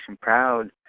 proud